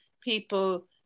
people